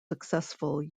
successful